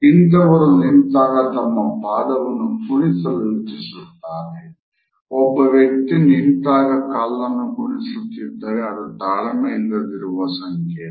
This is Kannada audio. ಇಂತಹವರು ನಿಂತಾಗಾ ತಮ್ಮ ಪಾದವನ್ನು ಕುಣಿಸಲು ಇಚ್ಚಿಸುತ್ತಾರೆ ಒಬ್ಬ ವ್ಯಕ್ತಿ ನಿಂತಾಗ ಕಾಲನ್ನು ಕುಣಿಸುತ್ತಿದ್ದರೆ ಅದು ತಾಳ್ಮೆ ಇಲ್ಲದಿರುವ ಸಂಕೇತ